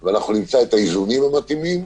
ונמצא את האיזונים המתאימים.